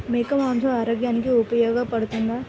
మేక మాంసం ఆరోగ్యానికి ఉపయోగపడుతుందా?